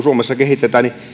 suomessa kehitetään niin